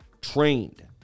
Trained